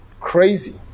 crazy